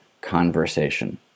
conversation